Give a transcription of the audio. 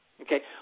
okay